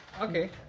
okay